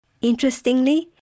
Interestingly